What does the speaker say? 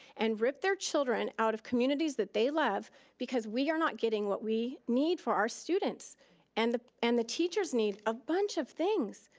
and rip their children out of communities that they love because we are not getting what we need for our students and the and the teachers need a bunch of things.